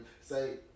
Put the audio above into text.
say